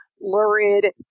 lurid